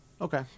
Okay